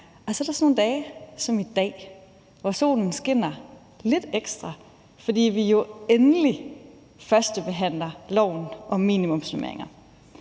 og så er der sådan nogle dage som i dag, hvor solen skinner lidt ekstra, fordi vi jo endelig førstebehandler lovforslaget om minimumsnormeringer.